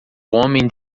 homem